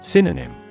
Synonym